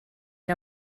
era